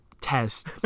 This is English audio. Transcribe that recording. test